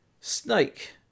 Snake